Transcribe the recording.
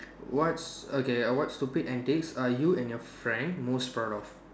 what's okay what stupid antics are you and your friend most proud of